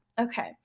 Okay